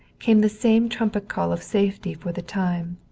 came the same trumpet call of safety for the time,